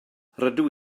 rydw